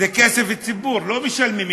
זה כסף הציבור, לא משלמים קנס.